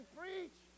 preach